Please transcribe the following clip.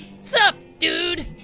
sup dude.